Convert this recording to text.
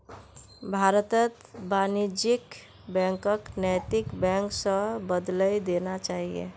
भारतत वाणिज्यिक बैंकक नैतिक बैंक स बदलइ देना चाहिए